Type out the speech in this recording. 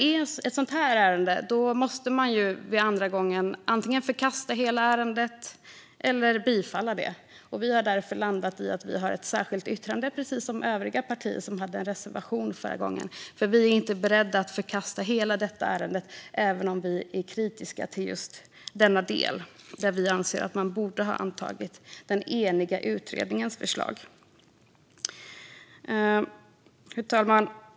I ett sådant här fall måste man andra gången antingen förkasta hela ärendet eller bifalla det. Vi har därför landat i ett särskilt yttrande, precis som övriga partier som hade en reservation förra gången, för vi är inte beredda att förkasta hela detta ärende, även om vi är kritiska till just denna del. Vi anser att man borde ha antagit den eniga utredningens förslag. Fru talman!